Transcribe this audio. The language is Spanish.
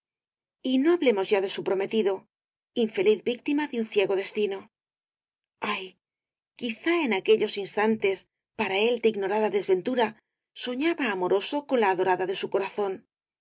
y no hablemos ya de su prometido infeliz víctima de un ciego destino ay quizá en aquellos instantes para él de ignorada desventura soñaba amoroso con la adorada de su corazón